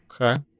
Okay